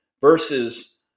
versus